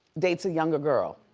dates a younger girl.